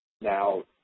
Now